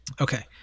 Okay